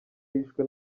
yishwe